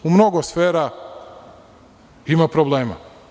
U mnogo sfera ima problema.